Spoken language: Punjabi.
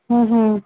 ਹੂੰ ਹੂੰ